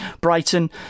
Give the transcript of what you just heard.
Brighton